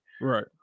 Right